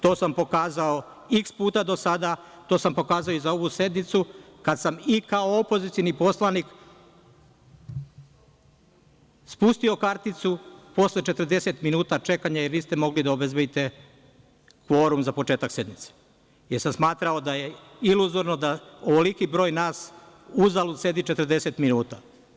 To sam pokazao iks puta do sada, to sam pokazao i za ovu sednicu kada sam i kao opozicioni poslanik spustio karticu posle 40 minuta čekanja jer niste mogli da obezbedite kvorum za početak sednice jer sam smatrao da je iluzorno da ovoliki broj nas uzalud sedi 40 minuta.